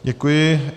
Děkuji.